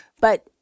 But-